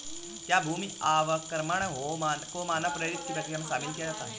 क्या भूमि अवक्रमण को मानव प्रेरित प्रक्रिया में शामिल किया जाता है?